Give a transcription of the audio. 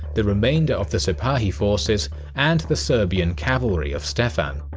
the remainder of the sipahi forces and the serbian cavalry of stefan.